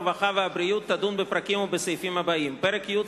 הרווחה והבריאות תדון בפרקים ובסעיפים הבאים: פרק י',